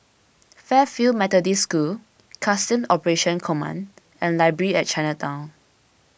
Fairfield Methodist School Customs Operations Command and Library at Chinatown